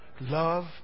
love